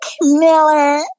Miller